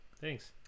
thanks